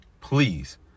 Please